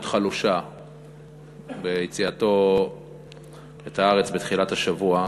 חלושה ביציאתו את הארץ בתחילת השבוע.